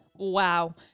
wow